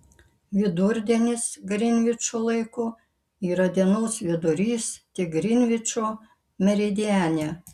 vidurdienis grinvičo laiku yra dienos vidurys tik grinvičo meridiane